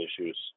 issues